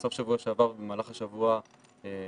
בסוף שבוע שעבר ובמהלך השבוע שיהיה